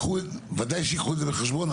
בוודאי שייקחו את זה בחשבון.